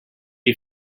you